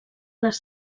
les